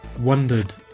wondered